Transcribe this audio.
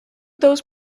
those